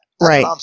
Right